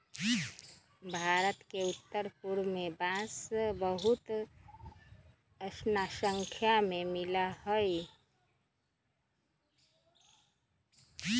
भारत के उत्तर पूर्व में बांस बहुत स्नाख्या में मिला हई